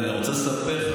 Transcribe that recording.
אני רוצה לספר לך